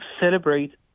celebrate